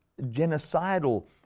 genocidal